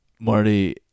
Marty